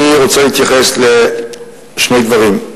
אני רוצה להתייחס לשני דברים: